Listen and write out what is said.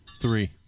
Three